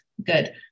Good